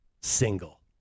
single